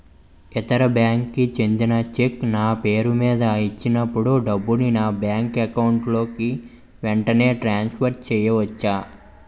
ఇతర బ్యాంక్ కి చెందిన చెక్ నా పేరుమీద ఇచ్చినప్పుడు డబ్బుని నా బ్యాంక్ అకౌంట్ లోక్ వెంటనే ట్రాన్సఫర్ చేసుకోవచ్చా?